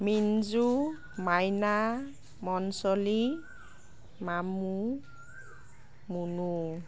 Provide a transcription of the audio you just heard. মিঞ্জু মাইনা মঞ্চলি মামু মুনু